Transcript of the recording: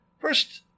First